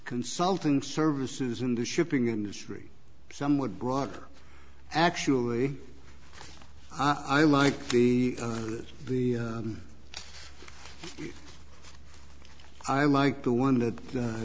consulting services in the shipping industry somewhat broader actually i like the the i like the one that u